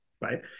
Right